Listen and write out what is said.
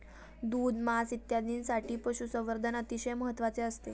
दूध, मांस इत्यादींसाठी पशुसंवर्धन अतिशय महत्त्वाचे असते